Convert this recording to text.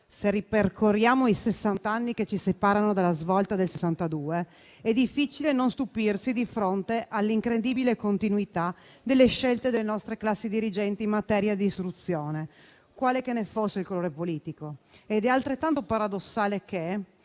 se ripercorriamo i sessant'anni che ci separano dalla svolta del 1962, è difficile non stupirsi di fronte all'incredibile continuità delle scelte delle nostre classi dirigenti in materia di istruzione, quale che ne fosse il colore politico. È altrettanto paradossale che